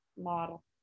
model